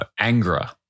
Angra